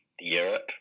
Europe